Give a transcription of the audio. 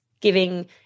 giving